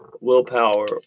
willpower